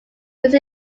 used